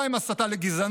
(2) הסתה לגזענות,